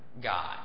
God